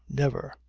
never.